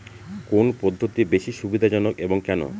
কোন পদ্ধতি বেশি সুবিধাজনক এবং কেন?